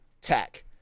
tech